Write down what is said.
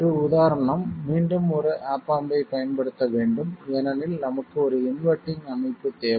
ஒரு உதாரணம் மீண்டும் ஒரு ஆப் ஆம்ப் ஐப் பயன்படுத்த வேண்டும் ஏனெனில் நமக்கு ஒரு இன்வெர்ட்டிங் அமைப்பு தேவை